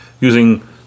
using